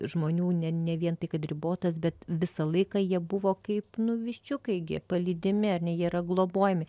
žmonių ne ne vien tai kad ribotas bet visą laiką jie buvo kaip viščiukai gi palydimi ar ne jie yra globojami